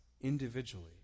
individually